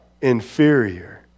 inferior